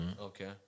okay